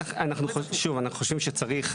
אנחנו חושבים שצריך,